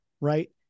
right